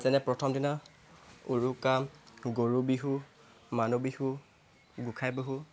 যেনে প্ৰথম দিনা উৰুকা গৰু বিহু মানুহ বিহু গোঁসাই বিহু